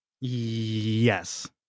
Yes